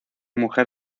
mujer